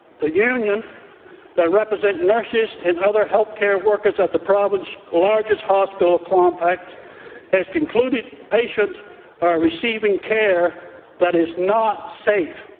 the union that represents nurses and other health care workers at the province's largest hospital complex has concluded patients are receiving care that is not safe.